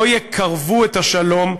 לא יקרבו את השלום,